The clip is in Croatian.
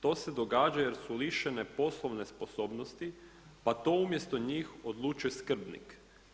To se događa jer su lišene poslovne sposobnosti pa to umjesto njih odlučuje skrbnik.